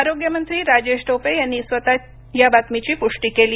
आरोग्य मंत्री राजेश टोपे यांनी स्वतः या बातमीची पुष्टी केली